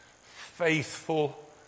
faithful